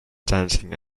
dancing